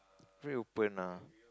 very open lah